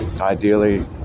Ideally